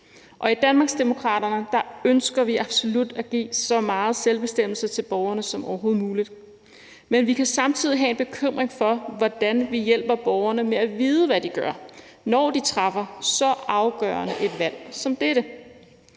og i Danmarksdemokraterne ønsker vi absolut at give så meget selvbestemmelse til borgerne som overhovedet muligt. Men vi kan samtidig have en bekymring for, hvordan vi hjælper borgerne med at vide, hvad de gør, når de træffer så afgørende et valg som dette.